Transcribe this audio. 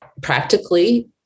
practically